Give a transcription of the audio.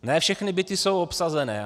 Ne všechny byty jsou obsazené.